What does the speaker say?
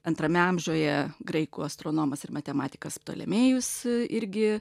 antrame amžiuje graikų astronomas ir matematikas tolemėjus irgi